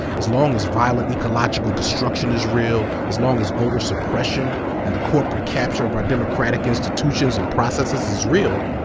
as long as violent ecological destruction is real, as long as voter suppression and the corporate capture of our democratic institutions and processes is real,